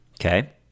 Okay